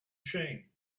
train